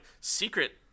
secret